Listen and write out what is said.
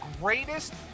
greatest